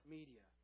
media